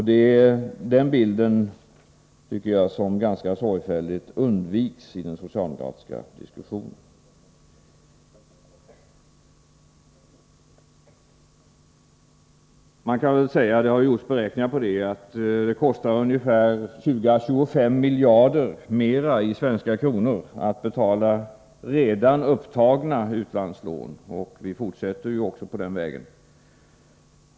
Det är den bilden, tycker jag, som ganska sorgfälligt undviks i den socialdemokratiska diskussionen. Det har gjorts beräkningar som visar att det kostar 20 å 25 miljarder mera i svenska kronor att betala redan upptagna utlandslån, och vi fortsätter ju också på den lånevägen.